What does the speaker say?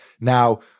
Now